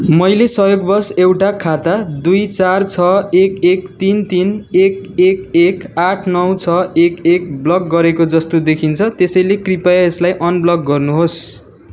मैले संयोगवश एउटा खाता दुई चार छ एक एक तिन तिन एक एक एक आठ नौ छ एक एक ब्लक गरेको जस्तो देखिन्छ त्यसैले कृपया यसलाई अनब्लक गर्नुहोस्